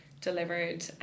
delivered